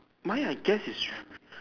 mine I guess is s~